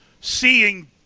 seeing